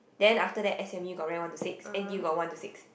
then after that s_m_u got rank one to six n_t_u got one to six